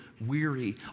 weary